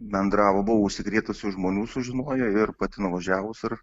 bendravo buvo užsikrėtusių žmonių sužinojo ir pats nuvažiavus ir